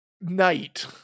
night